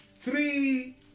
three